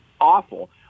awful